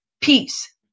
peace